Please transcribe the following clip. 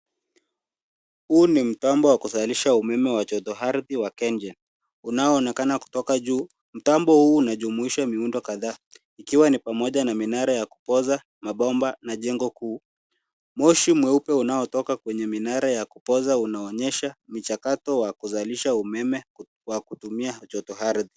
Huu ni mtambo wa kuzalisha umeme wa joto ardhi wa kenjen unaonakana kutoka juu. Mtambo huu unajumuisha miundo kadhaha ikiwa ni pamoja na minara ya kupoza, mabomba na jengo kuu. Moshi mweupe unao toka kwenye minara ya kupoza unaonyesha michakato wa kuzalisha umeme wa kutumia joto ardhi.